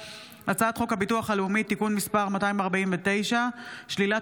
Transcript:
הצעת חוק הביטוח הלאומי (תיקון מס' 249) (שלילת